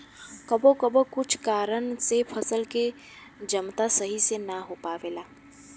कबो कबो कुछ कारन से फसल के जमता सही से ना हो पावेला